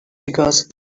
because